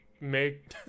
make